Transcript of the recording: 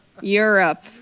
Europe